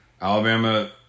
Alabama